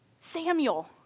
Samuel